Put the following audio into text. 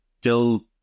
till